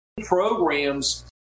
programs